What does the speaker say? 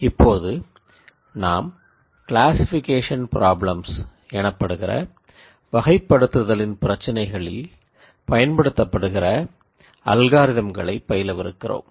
இப்போது நாம் classification problems எனப்படுகிற வகைப்படுத்துதலின் பிரச்சினைகளில் பயன்படுத்தப்படுகிற அல்காரிதம்களைப் பயிலவிருக்கிறோம்